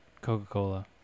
Coca-Cola